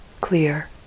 clear